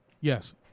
Yes